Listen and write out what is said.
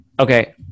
okay